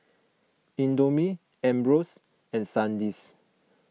Indomie Ambros and Sandisk